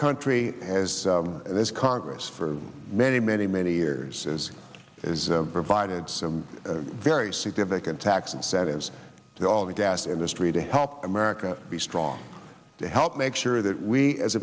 country has this congress for many many many years has provided some very significant tax incentives to all the gas industry to help america be strong to help make sure that we as